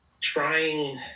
trying